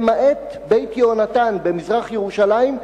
למעט "בית יהונתן" במזרח-ירושלים,